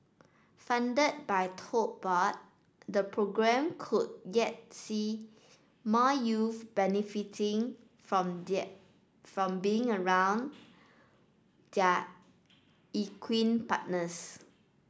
funded by Tote Board the programme could yet see more youth benefiting from from being around their equine partners